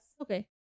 Okay